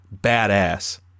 badass